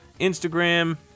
Instagram